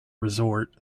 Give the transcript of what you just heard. resort